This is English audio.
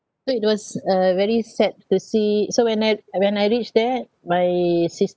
so it was uh very sad to see so when I when I reached there my sis~